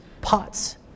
pots